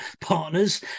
partners